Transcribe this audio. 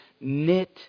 knit